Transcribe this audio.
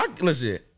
Listen